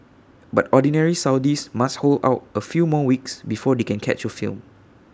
but Ordinary Saudis must hold out A few more weeks before they can catch A film